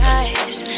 eyes